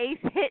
hit